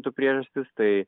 priežastis tai